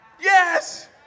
yes